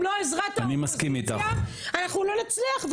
אם לא עזרת האופוזיציה אנחנו לא נצליח,